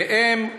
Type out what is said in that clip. ואם כן,